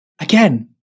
again